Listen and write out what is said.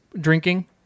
drinking